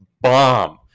bomb